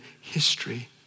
history